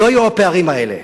לא היו הפערים האלה.